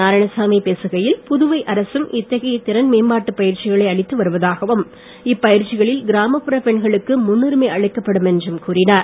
நாராயணசாமி பேசுகையில் புதுவை அரசும் இத்தகைய திறன் பயிற்சிகளை மேம்பாட்டு அளித்து வருவதாகவும் இப்பயிற்சிகளில் கிராமப்புற பெண்களுக்கு முன் உரிமை அளிக்கப்படும் என்றும் கூறினார்